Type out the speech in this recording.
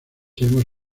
hemos